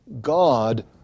God